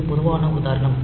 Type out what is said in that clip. இது பொதுவான உதாரணம்